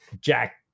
Jack